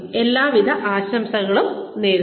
എല്ലാവിധ ആശംസകളും നേരുന്നു